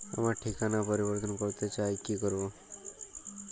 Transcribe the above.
আমার ঠিকানা পরিবর্তন করতে চাই কী করব?